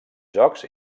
jocs